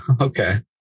Okay